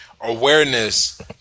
awareness